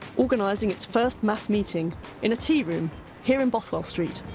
organising its first mass meeting in a tea-room here in bothwell street.